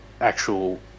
actual